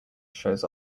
shows